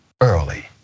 early